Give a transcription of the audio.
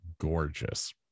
gorgeous